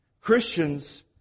Christians